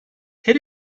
her